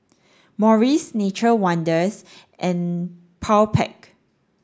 Morries Nature Wonders and Powerpac